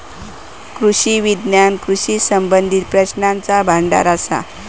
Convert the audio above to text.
कृषी विज्ञान कृषी संबंधीत प्रश्नांचा भांडार असा